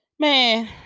Man